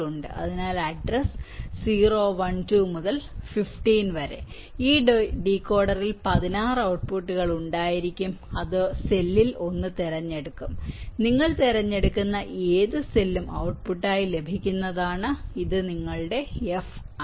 അതിനാൽ അഡ്രസ് 0 1 2 മുതൽ 15 വരെ ഈ ഡീകോഡറിൽ 16 ഔട്ട്പുട്ടുകൾ ഉണ്ടായിരിക്കും അത് ഒരു സെല്ലിൽ ഒന്ന് തിരഞ്ഞെടുക്കും നിങ്ങൾ തിരഞ്ഞെടുക്കുന്ന ഏത് സെല്ലും ഔട്ട്പുട്ടായി ലഭിക്കുന്നതാണ് ഇത് നിങ്ങളുടെ F ആയിരിക്കും